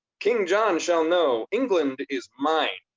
king john shall know england is mine,